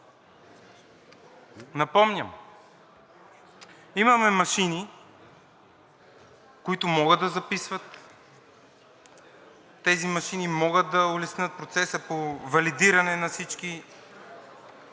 Напомням: имаме машини, които могат да записват, тези машини могат да улеснят процеса по валидиране на всички